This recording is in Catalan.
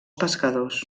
pescadors